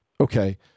okay